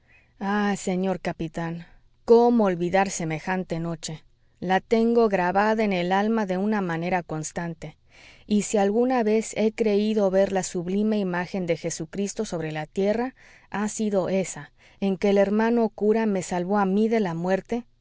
ah señor capitán cómo olvidar semejante noche la tengo grabada en el alma de una manera constante y si alguna vez he creído ver la sublime imagen de jesucristo sobre la tierra ha sido ésa en que el hermano cura me salvó a mí de la muerte